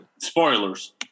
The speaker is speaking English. Spoilers